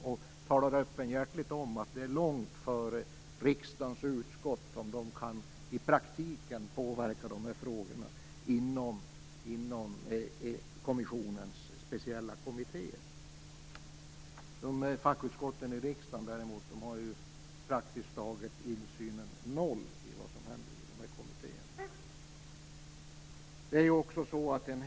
De talar öppenhjärtigt om att de inom kommissionens speciella kommittéer i praktiken kan påverka olika frågor långt före riksdagens utskott. Fackutskotten i riksdagen har däremot praktiskt taget noll insyn i det som händer i dessa kommittéer.